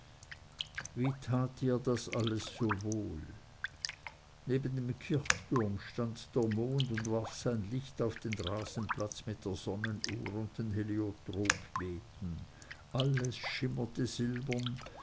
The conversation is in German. wie tat ihr das alles so wohl neben dem kirchturm stand der mond und warf sein licht auf den rasenplatz mit der sonnenuhr und den heliotropbeeten alles schimmerte silbern